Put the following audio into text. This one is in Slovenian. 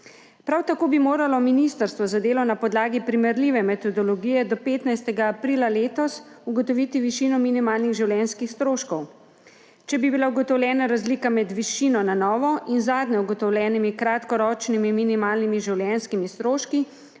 Prav tako bi moralo ministrstvo za delo na podlagi primerljive metodologije do 15. aprila letos ugotoviti višino minimalnih življenjskih stroškov. Če bi bila ugotovljena razlika med višino na novo in zadnje ugotovljenimi kratkoročnimi minimalnimi življenjskimi stroški,